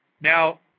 Now